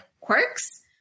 quirks